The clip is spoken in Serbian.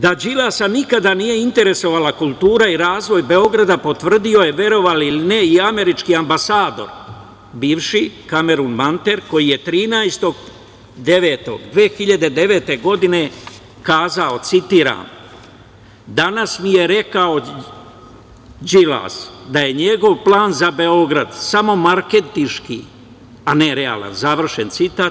Da Đilasa nikada nije interesovala kultura i razvoj Beograda potvrdio je, verovali ili ne, i američki ambasador bivši Kamerun Manter koji je 13.9.2009. godine kazao, citiram – danas mi je rekao Đilas da je njegov plan za Beograd samo marketinški, a ne realan, završen citat.